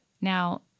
Now